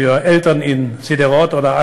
אנחנו צריכים איכשהו לגבש אותו.